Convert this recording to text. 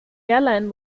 airline